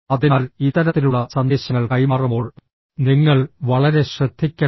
അതിനാൽ ഇത്തരത്തിലുള്ള സന്ദേശങ്ങൾ കൈമാറുമ്പോൾ നിങ്ങൾ വളരെ ശ്രദ്ധിക്കണം